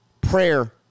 prayer